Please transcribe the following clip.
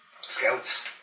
scouts